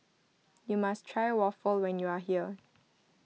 you must try waffle when you are here